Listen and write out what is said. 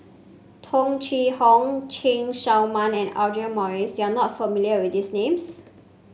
Tung Chye Hong Chen Show Mao and Audra Morrice you are not familiar with these names